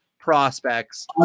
prospects